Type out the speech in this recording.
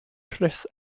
chris